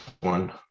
one